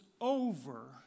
over